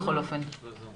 יש בזום.